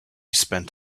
spent